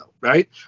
right